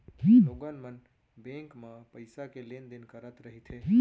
लोगन मन बेंक म पइसा के लेन देन करत रहिथे